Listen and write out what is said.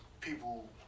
people